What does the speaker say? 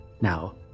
Now